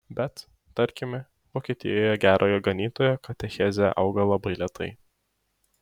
bet tarkime vokietijoje gerojo ganytojo katechezė auga labai lėtai